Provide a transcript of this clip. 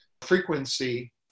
frequency